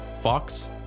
Fox